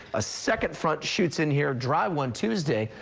a second front shoots in here, a dry one, tuesday.